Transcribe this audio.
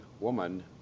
woman